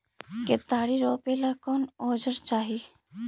केतारी रोपेला कौन औजर चाही?